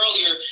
earlier